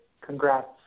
congrats